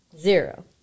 zero